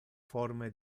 forme